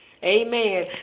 Amen